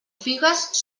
figues